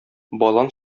балан